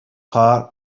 heart